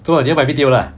so 你要买 B_T_O ah